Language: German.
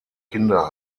kinder